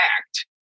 act